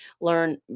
learn